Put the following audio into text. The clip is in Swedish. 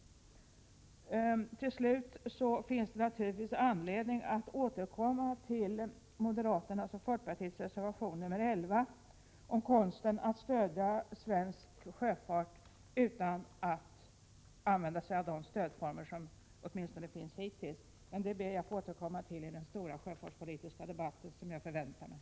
Till slut vill jag säga att det naturligtvis finns anledning att beröra moderaternas och folkpartiets reservation 11 om konsten att stödja svensk sjöfart utan att använda sig av de stödformer som åtminstone finns hittills. Men det ber jag att få återkomma till i den stora sjöfartspolitiska debatt som jag förväntar mig.